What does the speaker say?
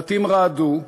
הבתים רעדו,